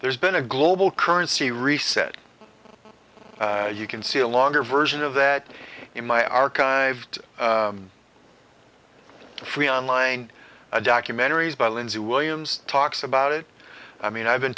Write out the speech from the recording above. there's been a global currency reset you can see a longer version of that in my archived free online documentaries by lindsey williams talks about it i mean i've been